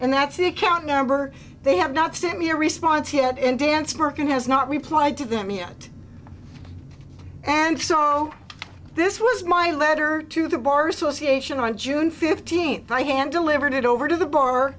and that's the account number they have not sent me a response yet in dance marking has not replied to them yet and saw no this was my letter to the bar association on june fifteenth by hand delivered it over to the b